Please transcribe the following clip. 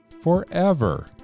forever